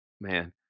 man